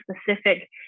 specific